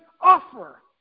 offer